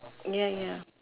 ya ya